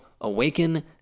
awaken